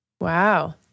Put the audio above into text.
Wow